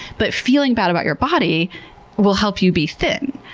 but feeling bad about your body will help you be thin.